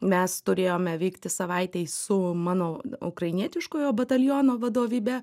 mes turėjome vykti savaitei su mano ukrainietiškojo bataliono vadovybe